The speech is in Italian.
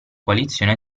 coalizione